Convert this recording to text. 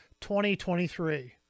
2023